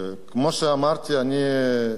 אני אומר מראש,